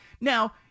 Now